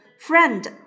Friend